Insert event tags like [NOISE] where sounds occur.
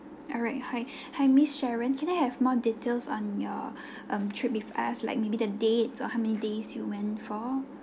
alright hi [BREATH] hi miss sharon can I have more details on your [BREATH] um trip with us like maybe the dates or how many days you went for